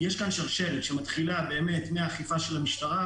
יש כאן שרשרת שמתחילה מהאכיפה של המשטרה,